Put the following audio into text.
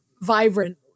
vibrant